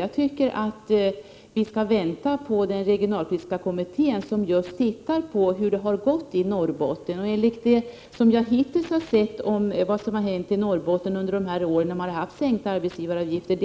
Jag tycker att vi skall vänta på den regionalpolitiska kommitténs uttalande. Den tittar just på hur det har gått i Norrbotten. Enligt det jag hittills har sett av det som har hänt i Norrbotten under de år de har haft sänkta arbetsgivaravgifter